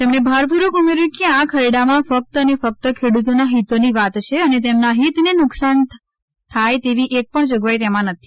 તેમણે ભારપૂર્વક ઉમેર્યુ કે આ ખરડામાં ફક્ત અને ફક્ત ખેડૂતોના હિતોની વાત છે અને તેમના હિતને નુકસાન થાય તેવી એક પણ જોગવાઇ તેમાં નથી